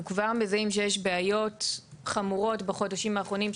כבר מזהים שיש בעיות חמורות בחודשים האחרונים,